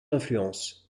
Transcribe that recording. influence